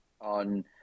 on